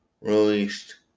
released